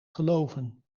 geloven